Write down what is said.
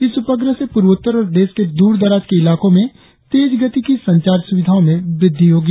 इस उपग्रह से पूर्वोत्तर और देश के दूर दराज के इलाकों में तेज गति की संचार सुविधाओं में वृद्धि होगी